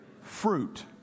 fruit